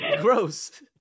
Gross